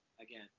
again